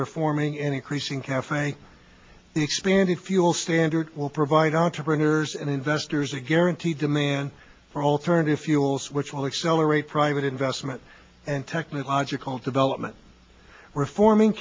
reforming and increasing cafe the expanded fuel standard will provide entrepreneurs and investors a guaranteed demand for alternative fuels which will accelerate private investment and technological development reforming